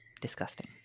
Disgusting